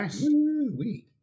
Nice